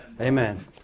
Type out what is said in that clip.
Amen